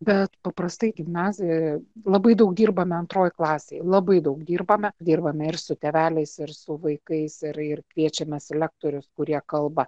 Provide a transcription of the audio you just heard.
bet paprastai gimnazijoje labai daug dirbame antroj klasėj labai daug dirbame dirbame ir su tėveliais ir su vaikais ir ir kviečiamės lektorius kurie kalba